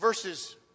Verses